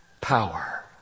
Power